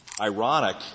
ironic